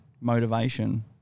motivation